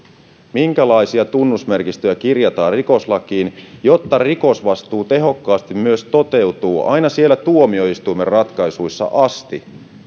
minkälaisia tunnusmerkistöjä kirjataan rikoslakiin jotta rikosvastuu tehokkaasti myös toteutuu aina siellä tuomioistuimen ratkaisuissa asti